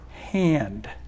hand